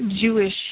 Jewish